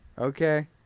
Okay